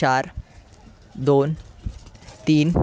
चार दोन तीन